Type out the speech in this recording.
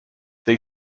they